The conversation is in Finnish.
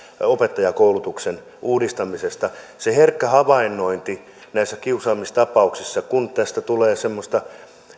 opettajakoulutuksen uudistamisesta tärkeää on se herkkä havainnointi näissä kiusaamistapauksissa kun tästä tulee semmoista